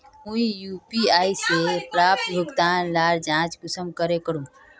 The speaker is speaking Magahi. मुई यु.पी.आई से प्राप्त भुगतान लार जाँच कुंसम करे करूम?